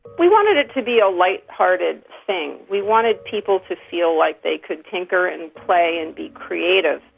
we wanted it to be a light-hearted thing. we wanted people to feel like they could tinker and play and be creative.